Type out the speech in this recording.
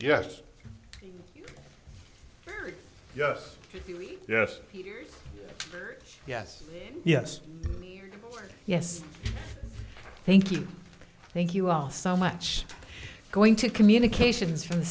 yes yes yes yes yes yes thank you thank you all so much going to communications from the